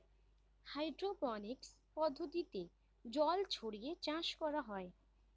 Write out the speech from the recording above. hydroponics পদ্ধতিতে জল ছড়িয়ে চাষ করা হয়